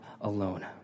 alone